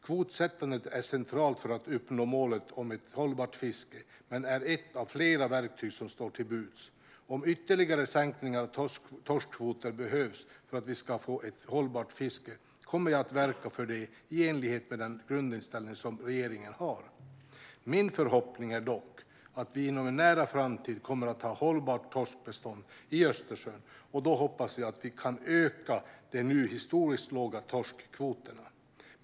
Kvotsättandet är centralt för att uppnå målet om ett hållbart fiske, men är ett av flera verktyg som står till buds. Om ytterligare sänkningar av torskkvoter behövs för att vi ska få ett hållbart fiske kommer jag att verka för det i enlighet med den grundinställning som regeringen har. Min förhoppning är dock att vi inom en nära framtid kommer att ha ett hållbart torskbestånd i Östersjön, och då hoppas jag att vi kan öka de nu historiskt låga torskkvoterna.